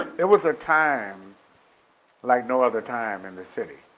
it was a time like no other time in the city.